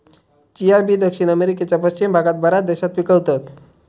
chia बी दक्षिण अमेरिकेच्या पश्चिम भागात बऱ्याच देशात पिकवतत